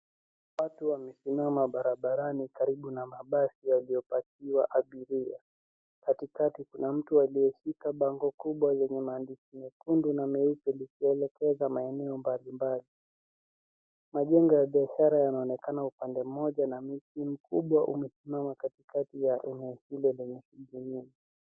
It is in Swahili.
Watu wamesimama barabarani karibu na mabasi yaliyopakiwa abiria. Katikati kuna mtu aliyeshika bango kubwa lenye maandishi mekundu na meupe likielekeza maeneo mbalimbali. Majengo ya biashara yanaonekana upande mmoja na mti mkubwa umesimama katikati ya eneo hilo lenye shughuli nyingi.